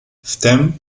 wtem